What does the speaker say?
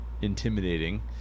intimidating